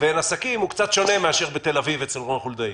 לבין עסקים הוא קצת שונה מאשר בתל אביב אצל רון חולדאי.